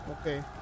okay